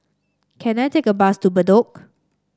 can I take a bus to Bedok